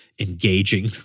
engaging